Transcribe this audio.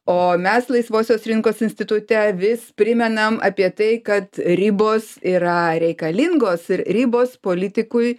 o mes laisvosios rinkos institute vis primenam apie tai kad ribos yra reikalingos ir ribos politikui